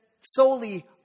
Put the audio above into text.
solely